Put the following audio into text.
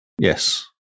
Yes